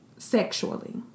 sexually